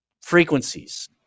frequencies